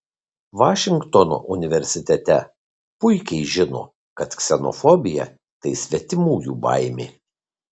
vašingtono universitete puikiai žino kad ksenofobija tai svetimųjų baimė